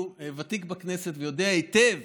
הוא ותיק בכנסת ויודע היטב